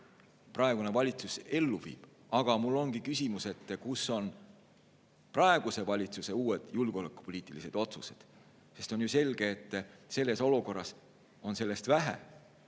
praegune valitsus ellu viib. Aga mul ongi küsimus: kus on praeguse valitsuse uued julgeolekupoliitilised otsused? Sest on ju selge, et selles olukorras on sellest vähe.